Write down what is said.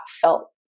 felt